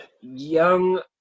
young